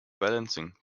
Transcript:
balancing